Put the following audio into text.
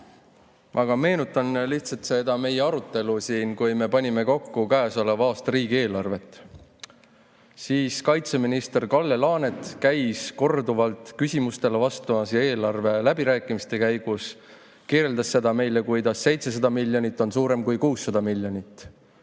Aga meenutan lihtsalt seda meie arutelu siin, kui me panime kokku käesoleva aasta riigieelarvet. Siis käis kaitseminister Kalle Laanet korduvalt küsimustele vastamas ja eelarve läbirääkimiste käigus kirjeldas meile seda, kuidas 700 miljonit on suurem kui 600 miljonit.